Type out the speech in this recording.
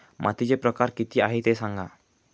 मातीचे प्रकार किती आहे ते सांगा